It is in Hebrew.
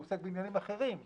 הוא עוסק בעניינים אחרים שבשגרה,